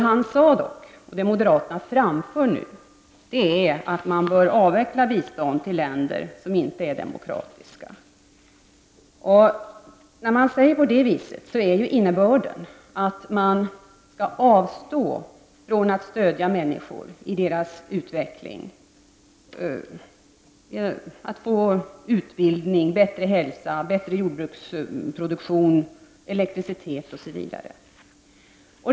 Vad moderaterna nu säger är att man bör avveckla biståndet till länder som inte är demokratiska. Innebörden av detta är att man skall avstå från att stödja människor i deras utveckling och i deras strävanden att få utbildning, bättre hälsa, en bättre jordbruksproduktion, elektricitet osv.